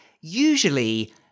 usually